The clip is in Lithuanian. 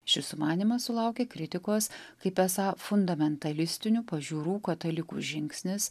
šis sumanymas sulaukė kritikos kaip esą fundamentalistinių pažiūrų katalikų žingsnis